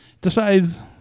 decides –